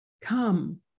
Come